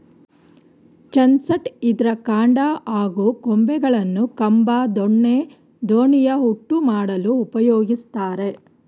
chestnut ಇದ್ರ ಕಾಂಡ ಹಾಗೂ ಕೊಂಬೆಗಳನ್ನು ಕಂಬ ದೊಣ್ಣೆ ದೋಣಿಯ ಹುಟ್ಟು ಮಾಡಲು ಉಪಯೋಗಿಸ್ತಾರೆ